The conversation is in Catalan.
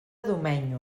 domenyo